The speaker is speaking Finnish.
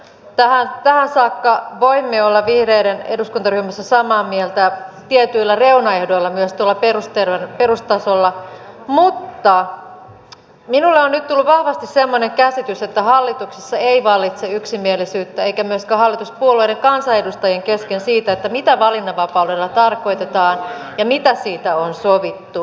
tähän saakka voimme olla vihreiden eduskuntaryhmässä samaa mieltä tietyillä reunaehdoilla myös tuolla perustasolla mutta minulle on nyt tullut vahvasti semmoinen käsitys että hallituksessa ei vallitse yksimielisyyttä eikä myöskään hallituspuolueiden kansanedustajien kesken siitä mitä valinnanvapaudella tarkoitetaan ja mitä siitä on sovittu